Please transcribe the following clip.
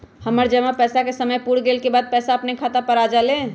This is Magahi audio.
हमर जमा पैसा के समय पुर गेल के बाद पैसा अपने खाता पर आ जाले?